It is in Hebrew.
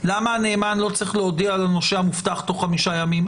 למה הנאמן לא צריך להודיע לנושה המובטח תוך 5 ימים?